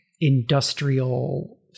industrial